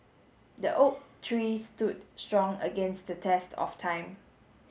the oak tree stood strong against the test of time